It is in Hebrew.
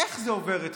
איך זה עובר אתכם?